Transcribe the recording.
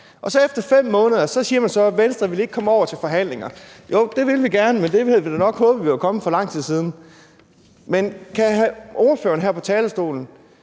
og efter 5 måneder siger man så: Venstre vil ikke komme over til forhandlinger. Jo, det vil vi gerne, men det havde vi nok håbet vi var kommet for lang tid siden. Kan ordføreren her på talerstolen